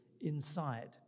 inside